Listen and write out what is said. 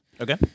Okay